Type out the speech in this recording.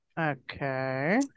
Okay